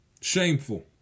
Shameful